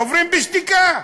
עוברים בשתיקה,